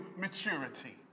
maturity